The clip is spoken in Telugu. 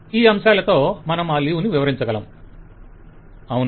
ఈ అంశాలతో మనం ఆ లీవ్ ను వివరించగలం క్లయింట్ అవును